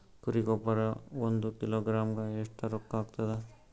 ಕುರಿ ಗೊಬ್ಬರ ಒಂದು ಕಿಲೋಗ್ರಾಂ ಗ ಎಷ್ಟ ರೂಕ್ಕಾಗ್ತದ?